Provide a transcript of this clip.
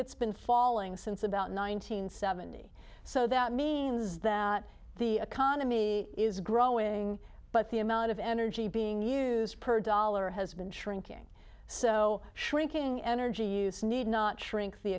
it's been falling since about nine hundred seventy so that means that the economy is growing but the amount of energy being use per dollar has been shrinking so shrinking energy use need not shrink the